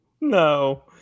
No